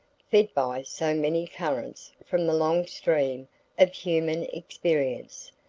fed by so many currents from the long stream of human experience,